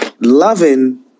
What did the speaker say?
loving